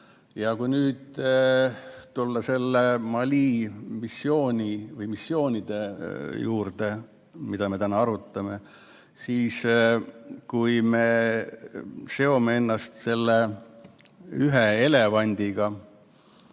Kui nüüd tulla nende Mali missioonide juurde, mida me täna arutame, siis kui me seome ennast selle ühe elevandiga,